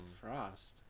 frost